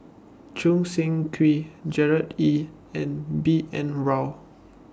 Choo Seng Quee Gerard Ee and B N Rao